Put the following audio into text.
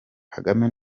kagame